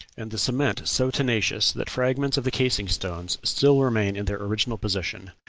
and the cement so tenacious that fragments of the casing-stones still remain in their original position,